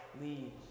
lead